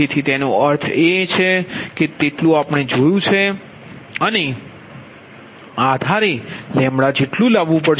તેથી તેનો અર્થ એ છે કે તેટલું આપણે જોયું છે અને આધાર ને તમારે જેટલુ લાવવું પડશે